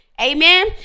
Amen